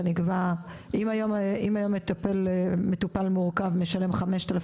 שאני אקבע אם היום מטופל מורכב משלם 5,000